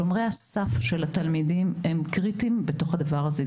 שומרי הסף של התלמידים הם קריטיים בתוך הדבר הזה.